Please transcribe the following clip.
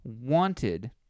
wanted